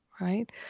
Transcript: right